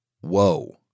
whoa